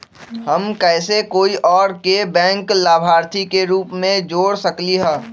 हम कैसे कोई और के बैंक लाभार्थी के रूप में जोर सकली ह?